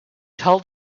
tell